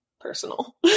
personal